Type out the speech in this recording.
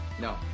No